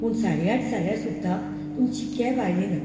पूण साडे आठ जाल्यार सुद्दां तुमची कॅब आयली ना